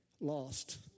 lost